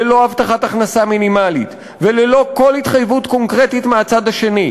ללא הבטחת הכנסה מינימלית וללא כל התחייבות קונקרטית מהצד השני.